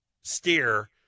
steer